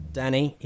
danny